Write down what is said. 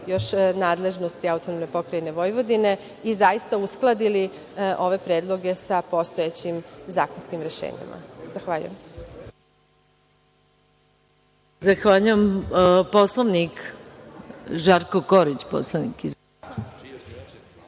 još nadležnosti AP Vojvodine i zaista uskladili ove predloge sa postojećim zakonskim rešenjima. Zahvaljujem.